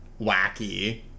wacky